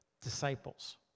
Disciples